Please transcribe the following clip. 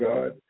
God